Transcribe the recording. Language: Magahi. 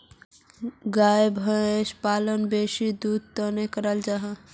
गाय भैंस पालन बेसी दुधेर तंर कराल जाहा